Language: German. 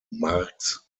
marx